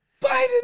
Biden